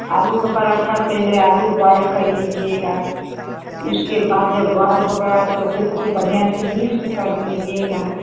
आलू का पराठा पहले आलू बॉईल कर लीजिएगा उसके बाद जब बॉईल हो गया तो उके ख़ूब बढ़िया से मिक्स कर लीजिएगा